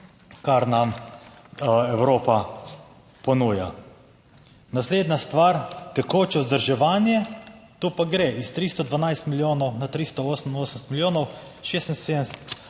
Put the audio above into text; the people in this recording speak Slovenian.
kar nam Evropa ponuja. Naslednja stvar, tekoče vzdrževanje, to pa gre iz 312 milijonov na 388 milijonov, 76 milijonov